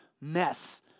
mess